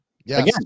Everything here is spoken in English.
Again